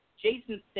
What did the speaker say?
Jason